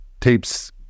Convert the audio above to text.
tapes